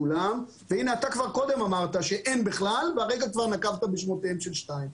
אתה כבר קודם אמרת שאין בכלל והרגע כבר נקבת בשמותיהן של שתיים.